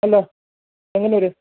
അല്ല ചെങ്ങന്നൂർ